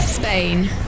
Spain